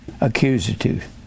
accusative